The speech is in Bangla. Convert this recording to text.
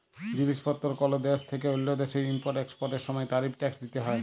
জিলিস পত্তর কল দ্যাশ থ্যাইকে অল্য দ্যাশে ইম্পর্ট এক্সপর্টের সময় তারিফ ট্যাক্স দ্যিতে হ্যয়